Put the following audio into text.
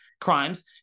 crimes